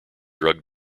drug